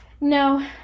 No